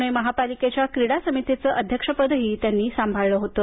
पुणे महापालिकेच्या क्रीडा समितीचे अध्यक्षपदही त्यांनी सांभाळलं होतं